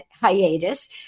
hiatus